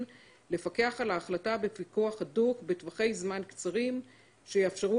לפקח על ההחלטה פיקוח הדוק בטווחי זמן קצרים שיאפשרו